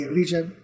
region